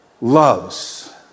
loves